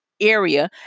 area